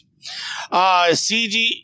CG